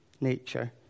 nature